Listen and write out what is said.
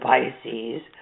Pisces